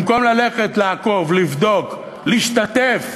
במקום ללכת לעקוב, לבדוק, להשתתף,